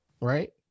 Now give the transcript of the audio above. Right